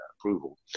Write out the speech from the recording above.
approval